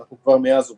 אנחנו כבר מאז עובדים.